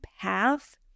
path